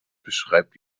beschreibt